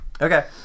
Okay